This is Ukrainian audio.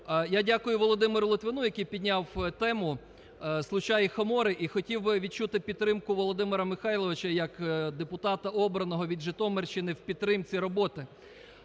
Я дякую Володимиру Литвину, який підняв тему Случа і Хомори, і хотів би відчути підтримку Володимира Михайловича як депутата, обраного від Житомирщини, в підтримці роботи.